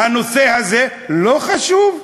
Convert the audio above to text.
הנושא הזה לא חשוב?